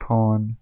Pawn